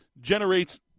generates